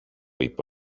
είπε